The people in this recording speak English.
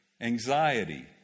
anxiety